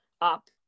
up